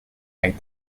make